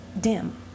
dim